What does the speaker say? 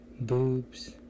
Boobs